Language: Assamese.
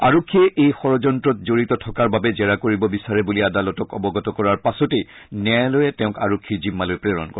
আৰক্ষীয়ে এই যড়যন্ত্ৰত জড়িত থকাৰ বাবে জেৰা কৰিব বিচাৰে বুলি আদালতক অৱগত কৰাৰ পাছতেই ন্যায়ালয়ে তেওঁক আৰক্ষীৰ জিম্মালৈ প্ৰেৰণ কৰে